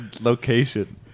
location